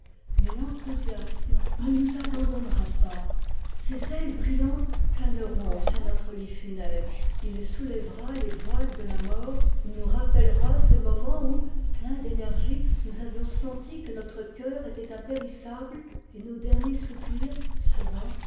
mais l'enthousiasme ne nous abandonnera pas ses ailes brillantes planeront sur notre lit funèbre il soulèvera les voiles de la mort il nous rappellera ces moments où pleins d'énergie nous avions senti que notre cœur était impérissable et nos derniers soupirs seront